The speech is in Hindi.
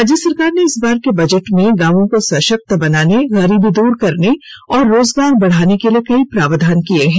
राज्य सरकार ने इस बार के बजट में गांवों को सशक्त बनाने गरीबी दूर करने और रोजगार बढ़ाने के लिए कई प्रावधान किये हैं